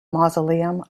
mausoleum